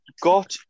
got